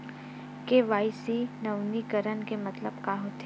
KYC नवीनीकरण के मतलब का होथे?